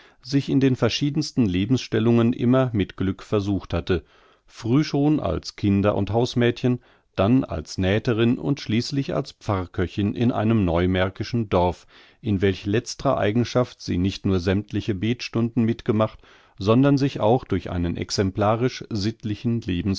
sich in den verschiedensten lebensstellungen immer mit glück versucht hatte früh schon als kinder und hausmädchen dann als nähterin und schließlich als pfarrköchin in einem neumärkischen dorf in welch letztrer eigenschaft sie nicht nur sämmtliche betstunden mitgemacht sondern sich auch durch einen exemplarisch